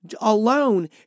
alone